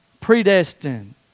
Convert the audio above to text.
predestined